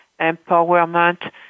empowerment